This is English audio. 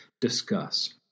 Discuss